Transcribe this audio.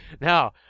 Now